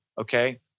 okay